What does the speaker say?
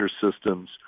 systems